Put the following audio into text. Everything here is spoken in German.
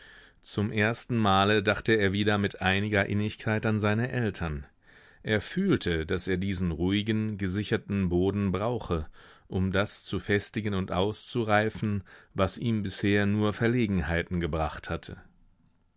zum ersten male dachte er wieder mit einiger innigkeit an seine eltern er fühlte daß er diesen ruhigen gesicherten boden brauche um das zu festigen und auszureifen was ihm bisher nur verlegenheiten gebracht hatte